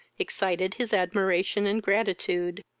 excited his admiration and gratitude.